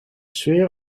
sfeer